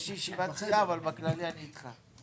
יש לי ישיבת סיעה, אבל בכללי אני איתך.